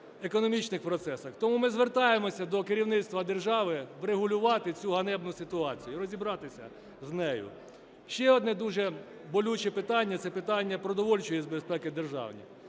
економічних процесах. Тому ми звертаємося до керівництва держави врегулювати цю ганебну ситуацію і розібратися з нею. Ще одне дуже болюче питання – це питання продовольчої безпеки держави.